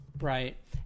Right